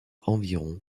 environ